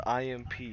IMP